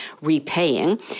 repaying